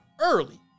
early